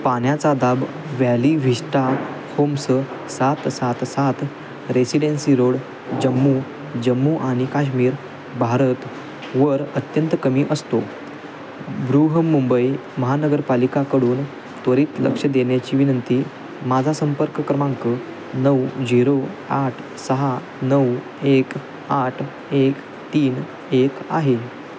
पाण्याचा दाब Valley Vista Homes सात सात सात रेसिडेन्सी रोड जम्मू जम्मू आणि काश्मीर भारत वर अत्यंत कमी असतो बृहन्मुंबई महानगरपालिकेकडून त्वरित लक्ष देण्याची विनंती माझा संपर्क क्रमांक नऊ झिरो आठ सहा नऊ एक आठ एक तीन एक आहे